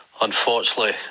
unfortunately